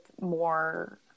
more